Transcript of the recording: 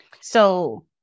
So-